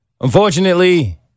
Unfortunately